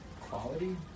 Quality